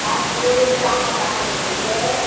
गासिबो दामा बारायजोब्बायहाय